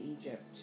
Egypt